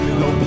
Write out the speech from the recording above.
no